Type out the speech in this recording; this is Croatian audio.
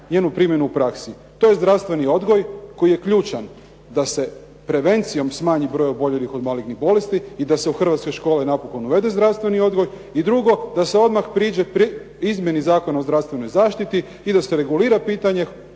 njenu primjenu u praksi. To je zdravstveni odgoj koji je ključan da se prevencijom smanji broj oboljelih od malignih bolesti i da se u Hrvatske škole napokon uvede zdravstveni odgoj i drugo da se odmah priđe izmjeni Zakona o zdravstvenoj zaštiti i da se regulira pitanje